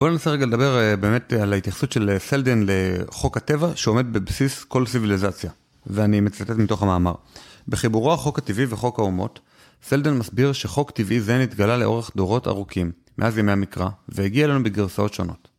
בואו ננסה רגע לדבר באמת על ההתייחסות של סלדין לחוק הטבע, שעומד בבסיס כל סיוויליזציה. ואני מצטט מתוך המאמר. בחיבורו החוק הטבעי וחוק האומות, סלדין מסביר שחוק טבעי זה נתגלה לאורך דורות ארוכים, מאז ימי המקרא, והגיע אלינו בגרסאות שונות.